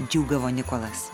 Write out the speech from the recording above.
džiūgavo nikolas